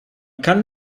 kann